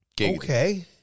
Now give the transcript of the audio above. Okay